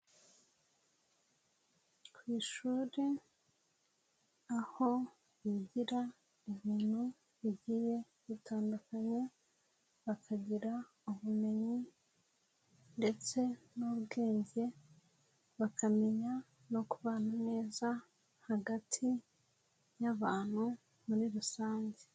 Ku ishuri aho bigira ibintu bigiye bitandukanye, bakagira ubumenyi ndetse n'ubwenge bakamenya no kubana neza hagati y'abantu muri rusange.